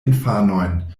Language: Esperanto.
infanojn